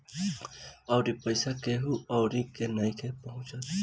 अउरी पईसा केहु अउरी के नइखे पहुचत